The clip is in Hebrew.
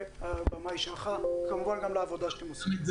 והבמה היא שלך, כמובן גם לעבודה שאתם עושים.